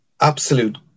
absolute